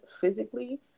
physically